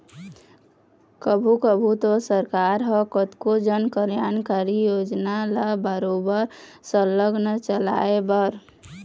कभू कभू तो सरकार ह कतको जनकल्यानकारी योजना ल बरोबर सरलग चलाए बर